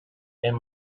and